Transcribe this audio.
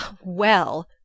Well